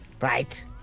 Right